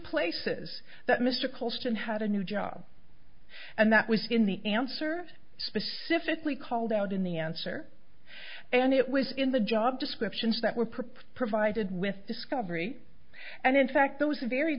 places that mr costin had a new job and that was in the answer specifically called out in the answer and it was in the job descriptions that were provided with discovery and in fact those